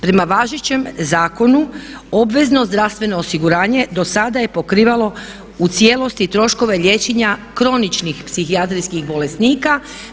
Prema važećem zakonu, obvezno zdravstveno osiguranje do sada je pokrivalo u cijelosti troškove liječenja kroničnih psihijatrijskih bolesnika.